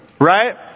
Right